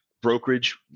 brokerage